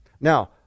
Now